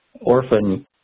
orphan